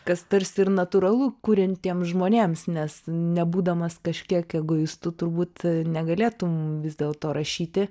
kas tarsi ir natūralu kuriantiems žmonėms nes nebūdamas kažkiek egoistu turbūt negalėtum vis dėlto rašyti